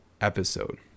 episode